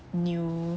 new